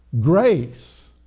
Grace